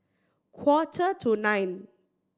quarter to nine